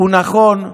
הוא נכון.